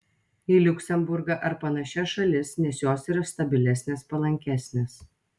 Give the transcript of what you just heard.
į liuksemburgą ar panašias šalis nes jos yra stabilesnės palankesnės